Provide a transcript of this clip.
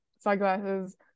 sunglasses